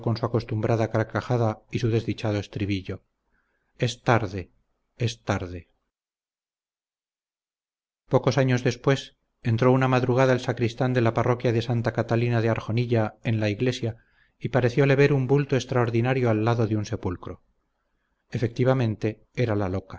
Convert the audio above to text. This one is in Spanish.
acostumbrada carcajada y su desdichado estribillo es tarde es tarde pocos años después entró una madrugada el sacristán de la parroquia de santa catalina de arjonilla en la iglesia y parecióle ver un bulto extraordinario al lado de un sepulcro efectivamente era la loca